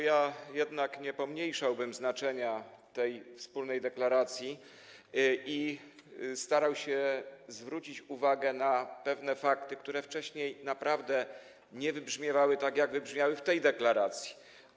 Ja jednak nie pomniejszałbym znaczenia tej wspólnej deklaracji i starał się zwrócić uwagę na pewne fakty, które wcześniej naprawdę nie wybrzmiewały tak, jak wybrzmiały w tej deklaracji.